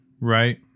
Right